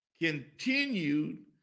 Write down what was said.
continued